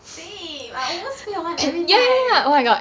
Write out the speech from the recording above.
same I almost fail [one] every time